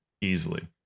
easily